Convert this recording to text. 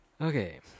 Okay